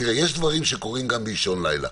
תראה, יש דברים שקורים גם באישון לילה.